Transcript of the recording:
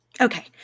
Okay